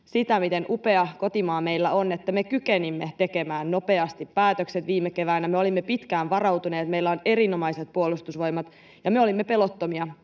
sitä, miten upea kotimaa meillä on: Me kykenimme tekemään nopeasti päätöksen viime keväänä. Me olimme pitkään varautuneet. Meillä on erinomaiset Puolustusvoimat, ja me olimme pelottomia,